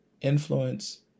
influence